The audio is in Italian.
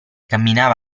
camminava